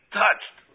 touched